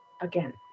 again